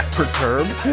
perturbed